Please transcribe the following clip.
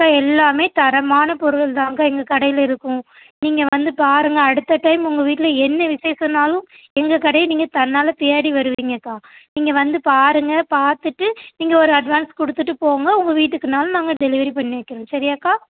அக்கா எல்லாமே தரமான பொருள்தான்க்கா எங்கள் கடையில் இருக்கும் நீங்கள் வந்து பாருங்க அடுத்த டைம் உங்கள் வீட்டில் என்ன விசேஷன்னாலும் எங்கள் கடையை நீங்கள் தன்னால் தேடி வருவீங்கக்கா நீங்கள் வந்து பாருங்க பார்த்துட்டு நீங்கள் ஒரு அட்வான்ஸ் கொடுத்துட்டு போங்க உங்கள் வீட்டுக்குன்னாலும் நாங்கள் டெலிவரி பண்ணி வைக்கிறோம் சரியாக்கா